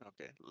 Okay